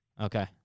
Okay